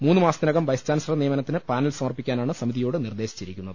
മൂന്ന് മാസത്തിനകം vice chancellor നിയമനത്തിന് പാനൽ സമർപ്പിക്കാനാണ് സമിതിയോട് നിർദ്ദേ ശിച്ചിരിക്കുന്നത്